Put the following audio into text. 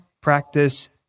practice